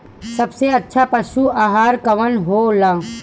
सबसे अच्छा पशु आहार कवन हो ला?